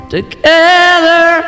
Together